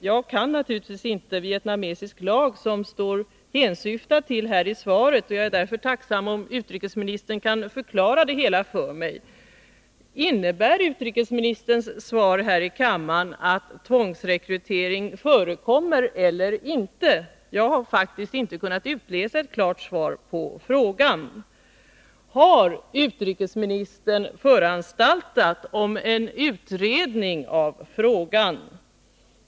Jag kan naturligtvis inte vietnamesisk lag, som det hänvisas till i svaret. Jag är därför tacksam om utrikesministern kan förklara det hela för mig. Innebär utrikesministerns svar här i kammaren att tvångsrekrytering förekommer eller inte? Jag har faktiskt inte kunnat utläsa ett klart svar på den frågan. Har utrikesministern föranstaltat om en utredning i ärendet?